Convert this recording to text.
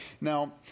Now